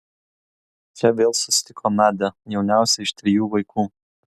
čia vėl susitiko nadią jauniausią iš trijų vaikų